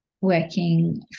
working